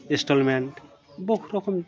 instalment বহু রকম